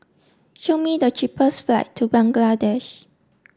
show me the cheapest flight to Bangladesh